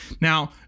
Now